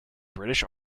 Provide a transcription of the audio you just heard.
british